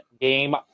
Game